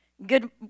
Good